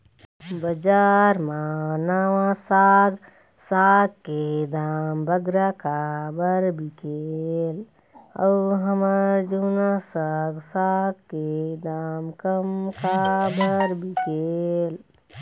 बजार मा नावा साग साग के दाम बगरा काबर बिकेल अऊ हमर जूना साग साग के दाम कम काबर बिकेल?